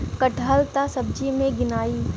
कटहल त सब्जी मे गिनाई